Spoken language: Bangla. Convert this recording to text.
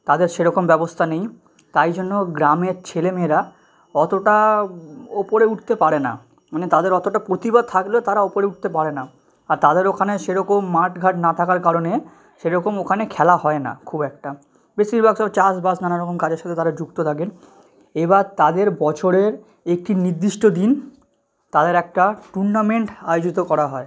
তাদের সেরকম ব্যবস্তা নেই তাই জন্য গ্রামের ছেলে মেয়েরা অতোটা ওপরে উঠতে পারে না মানে তাদের অতোটা প্রতিভা থাকলেও তারা ওপরে উঠতে পারে না আর তাদের ওখানে সে রকম মাঠ ঘাট না থাকার কারণে সে রকম ওখানে খেলা হয় না খুব একটা বেশিরভাগ সব চাষবাস নানা রকম কাজের সাথে তারা যুক্ত থাকেন এবার তাদের বছরের একটি নির্দিষ্ট দিন তাদের একটা টুর্নামেন্ট আয়োজিত করা হয়